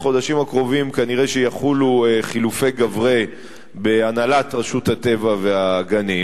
בחודשים הקרובים כנראה יחולו חילופי גברי בהנהלת רשות הטבע והגנים,